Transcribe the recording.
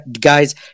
Guys